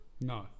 No